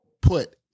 put